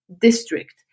district